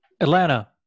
Atlanta